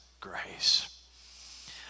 grace